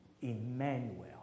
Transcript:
Emmanuel